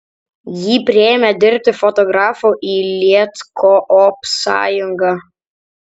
jį priėmė dirbti fotografu į lietkoopsąjungą